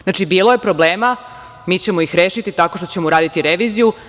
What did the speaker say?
Znači, bilo je problema i mi ćemo ih rešiti tako što ćemo uraditi reviziju.